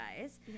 guys